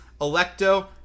Electo